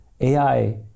ai